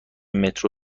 مترو